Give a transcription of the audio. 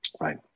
right